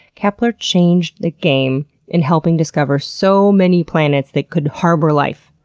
kepler changed the game in helping discover so many planets that could harbor life.